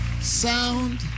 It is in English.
sound